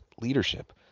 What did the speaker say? leadership